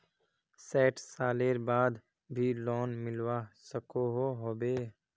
सैट सालेर बाद भी लोन मिलवा सकोहो होबे?